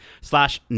slash